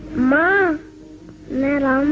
my little um